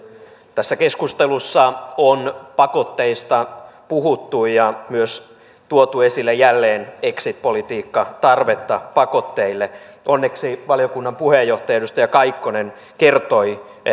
tässä keskustelussa on pakotteista puhuttu ja myös tuotu esille jälleen exit politiikkatarvetta pakotteille onneksi valiokunnan puheenjohtaja edustaja kaikkonen kertoi